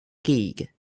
gig